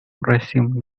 resume